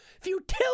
Futility